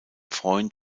freund